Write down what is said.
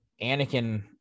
Anakin